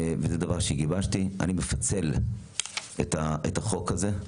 וזה דבר שגיבשתי, לפצל את החוק הזה.